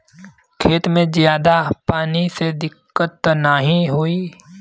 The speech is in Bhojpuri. खेत में ज्यादा पानी से दिक्कत त नाही होई?